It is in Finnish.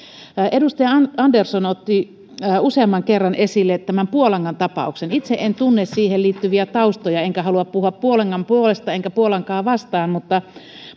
edustaja andersson otti useamman kerran esille tämän puolangan tapauksen itse en tunne siihen liittyviä taustoja enkä halua puhua puolangan puolesta enkä puolankaa vastaan mutta